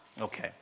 Okay